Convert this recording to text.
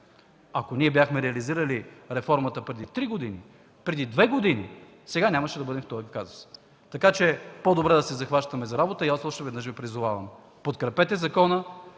Ако ние бяхме реализирали реформата преди три години, преди две години, сега нямаше да бъдем в този казус, така че по-добре да се захванем за работа. И още веднъж Ви призовавам – подкрепете закона.